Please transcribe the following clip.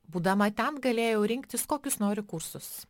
būdama ten galėjau rinktis kokius noriu kursus